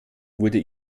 wurde